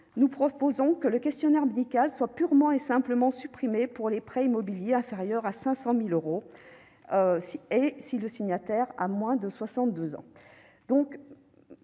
nous proposons que le questionnaire médical soit purement et simplement supprimé pour les prêts immobiliers inférieurs à 500 000 euros, si le signataire à moins de 62 ans.